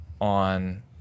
on